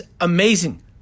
amazing